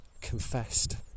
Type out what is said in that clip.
confessed